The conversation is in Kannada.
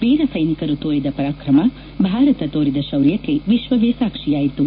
ವೀರ ಸ್ಟೈನಿಕರು ತೋರಿದ ಪರಾಕ್ರಮ ಭಾರತ ತೋರಿದ ಶೌರ್ಯಕ್ಕೆ ವಿಶ್ವವೇ ಸಾಕ್ವಿಯಾಯಿತು